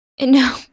No